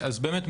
אז באמת,